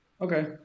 Okay